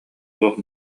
туох